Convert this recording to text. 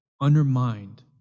undermined